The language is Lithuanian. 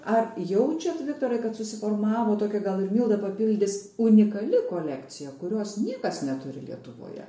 ar jaučiat viktorai kad susiformavo tokia gal ir milda papildys unikali kolekcija kurios niekas neturi lietuvoje